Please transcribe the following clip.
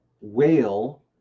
whale